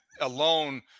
alone